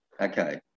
Okay